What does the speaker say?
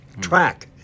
track